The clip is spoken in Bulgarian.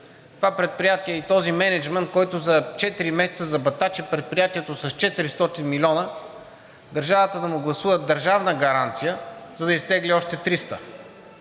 това предприятие и този мениджмънт, който за четири месеца забатачи предприятието с 400 милиона, държавата да му гласува държавна гаранция, за да изтегли още 300.